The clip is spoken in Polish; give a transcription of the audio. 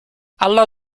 ala